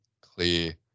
clear